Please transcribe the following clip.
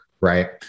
Right